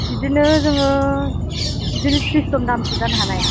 बिदिनो जोङो बिदिनो ट्रिसजन गाहामसो जानो हानाय